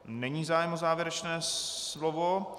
Není zájem o závěrečné slovo.